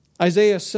Isaiah